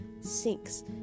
sinks